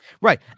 right